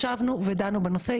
ישבנו ודנו בנושא.